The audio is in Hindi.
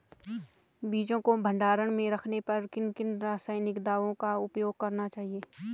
बीजों को भंडारण में रखने पर किन किन रासायनिक दावों का उपयोग करना चाहिए?